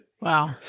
Wow